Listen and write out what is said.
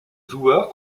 joueur